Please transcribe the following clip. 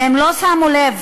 והם לא שמו לב,